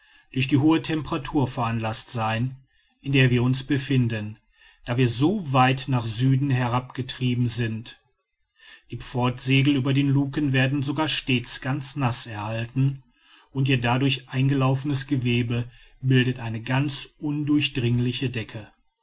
durch die hohe temperatur veranlaßt sein in der wir uns befinden da wir so weit nach süden herab getrieben sind die pfortsegel über den luken werden sogar stets ganz naß erhalten und ihr dadurch eingelaufenes gewebe bildet eine ganz undurchdringliche decke